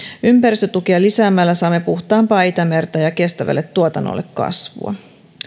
ympäristötukia lisäämällä saamme puhtaampaa itämerta ja kestävälle tuotannolle kasvua